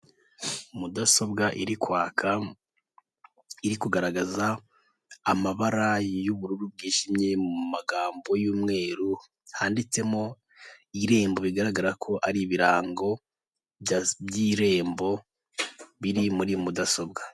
Mudasobwa iri kwaka iri kugaragaza amabara y'ubururu bwijimye mu magambo y'umweru handitsemo irembo, bigaragara ko ari ibirango by'irembo biri muri mudasobwa.